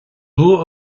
luath